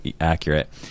accurate